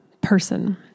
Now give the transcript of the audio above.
person